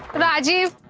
rajeev.